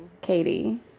Katie